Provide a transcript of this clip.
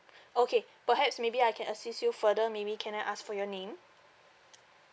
okay perhaps maybe I can assist you further maybe can I ask for your name